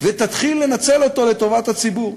ותתחיל לנצל אותו לטובת הציבור.